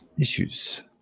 issues